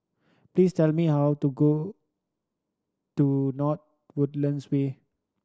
please tell me how to go to North Woodlands Way